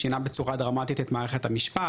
שינה בצורה דרמטית את מערכת המשפט,